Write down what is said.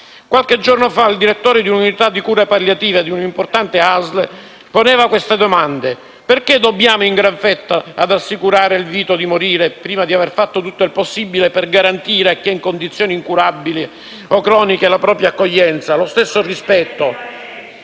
Qualche giorno fa il direttore dell'unità di cura palliativa di un'importante ASL poneva questa domanda: «Perché dobbiamo in gran fretta assicurare il diritto di morire, prima di aver fatto tutto il possibile per garantire a chi è in condizioni incurabili o croniche la stessa accoglienza, lo stesso rispetto,